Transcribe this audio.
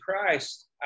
Christ